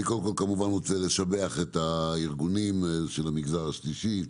קודם כול אני כמובן רוצה לשבח את הארגונים של המגזר השלישי,